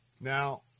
Now